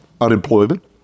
unemployment